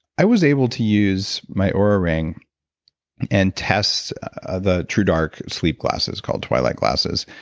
i was able to use my oura ring and test the true dark sleep glasses called twilight glasses.